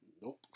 Nope